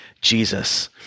Jesus